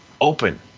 open